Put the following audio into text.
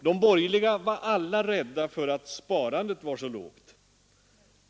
De borgerliga var alla rädda därför att sparandet var så lågt.